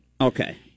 Okay